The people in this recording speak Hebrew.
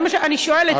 זה מה שאני שואלת,